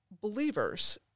believers